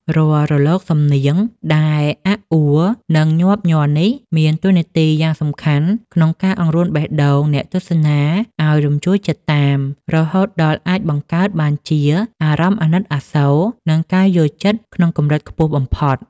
រាល់រលកសំនៀងដែលអាក់អួល និងញាប់ញ័រនេះ មានតួនាទីយ៉ាងសំខាន់ក្នុងការអង្រួនបេះដូងអ្នកទស្សនាឱ្យរំជួលចិត្តតាម រហូតដល់អាចបង្កើតបានជាអារម្មណ៍អាណិតអាសូរ និងការយល់ចិត្តក្នុងកម្រិតខ្ពស់បំផុត។